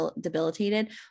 debilitated